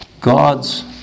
God's